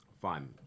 Fine